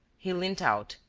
he leant out.